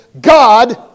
God